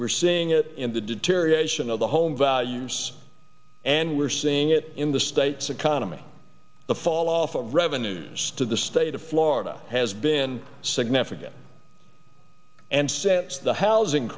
we're seeing it in the deterioration of the home values and we're seeing it in the state's economy the falloff of revenues to the state of florida has been significant and since the housing